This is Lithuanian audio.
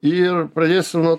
ir pradėsiu nuo